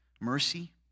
mercy